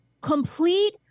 complete